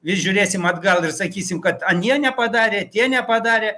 vis žiūrėsim atgal ir sakysim kad anie nepadarė tie nepadarė